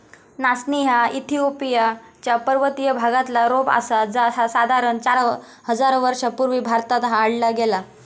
नाचणी ह्या इथिओपिया च्या पर्वतीय भागातला रोप आसा जा साधारण चार हजार वर्षां पूर्वी भारतात हाडला गेला